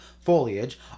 foliage